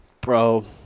Bro